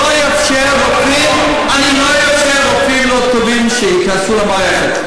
לא אאפשר שרופאים לא טובים ייכנסו למערכת.